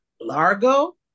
Largo